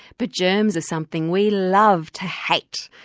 but germs are something we love to hate,